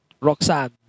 Roxanne